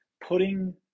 putting